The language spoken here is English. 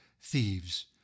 thieves